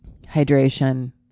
hydration